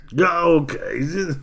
Okay